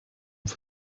für